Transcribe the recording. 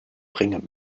bringen